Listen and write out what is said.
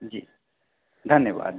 जी धन्यवाद